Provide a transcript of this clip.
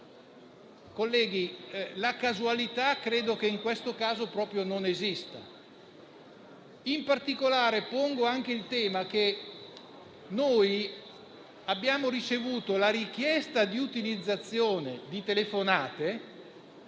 che la casualità in questo caso proprio non esista. In particolare, pongo anche il tema che noi abbiamo ricevuto la richiesta di utilizzazione di telefonate